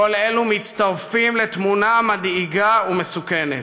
כל אלו מצטרפים לתמונה מדאיגה ומסוכנת.